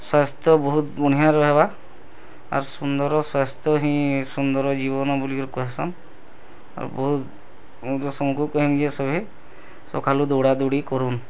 ସ୍ୱାସ୍ଥ୍ୟ ବହୁତ୍ ବନ୍ହିଆ ରହିବା ଆର୍ ସୁନ୍ଦର ସ୍ୱାସ୍ଥ୍ୟ ହିଁ ସୁନ୍ଦର ଜୀବନ ବୋଲିକରି କହେସନ୍ ଆଉ ବହୁତ୍ ମୁଁ ତ ସମସ୍ତଙ୍କୁ କହିମି କେ ସଭେ ସଖାଲୁ ଦୌଡ଼ାଦୌଡ଼ି କରୁନ୍